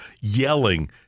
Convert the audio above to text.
yelling